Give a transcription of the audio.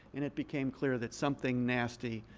and it became clear that something nasty